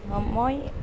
মই